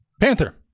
Panther